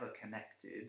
connected